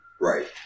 Right